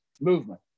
movement